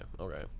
okay